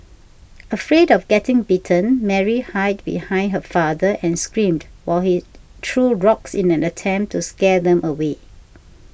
afraid of getting bitten Mary hid behind her father and screamed while he threw rocks in an attempt to scare them away